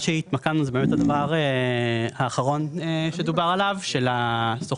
השוכר והמשכיר זה הדבר האחרון שדובר עליו.